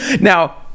now